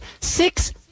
six